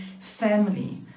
family